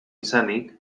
izanik